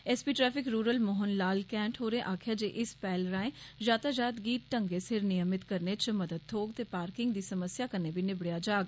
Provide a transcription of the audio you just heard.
SP traffic rural Mohan Lal Kaith होरें आक्खेआ जे इस पैहल राएं यातायात गी ढंगै सिर नियमित कराने च मदद थ्होग ते पार्किंग दी समस्या कन्नै बी निब्बड़ेआ जाग